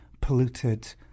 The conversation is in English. polluted